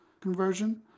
conversion